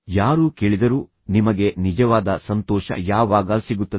ಯಾರೂ ಕೇಳಿದರು ನಿಮಗೆ ನಿಜವಾದ ಸಂತೋಷ ಯಾವಾಗ ಸಿಗುತ್ತದೆ